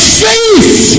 faith